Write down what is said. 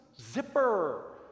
Zipper